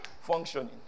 functioning